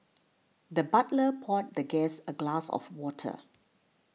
the butler poured the guest a glass of water